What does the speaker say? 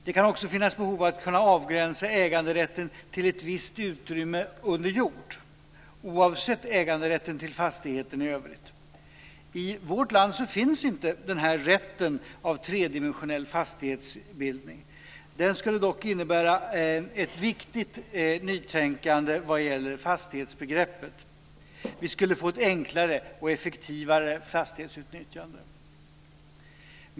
Det kan också finnas behov av att kunna avgränsa äganderätten till ett visst utrymme under jord, oavsett äganderätten till fastigheten i övrigt. I vårt land finns inte en sådan här rätt till tredimensionell fastighetsbildning. Den skulle dock innebära ett viktigt nytänkande vad gäller fastighetsbegreppet. Vi skulle få ett enklare och effektivare fastighetsutnyttjande.